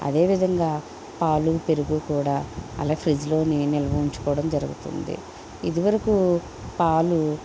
అదేవిధంగా పాలు పెరుగు కూడా అలా ఫ్రిడ్జ్ లోనే నిల్వ ఉంచుకోవడం జరుగుతుంది ఇదివరకు పాలు